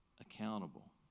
accountable